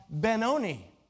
Benoni